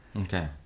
Okay